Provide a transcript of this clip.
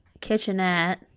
kitchenette